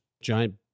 giant